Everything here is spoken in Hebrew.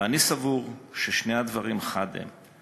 ואני סבור ששני הדברים חד הם.